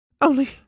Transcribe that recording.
Only